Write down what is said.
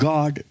God